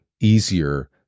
easier